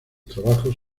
trabajos